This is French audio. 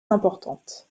importantes